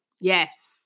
Yes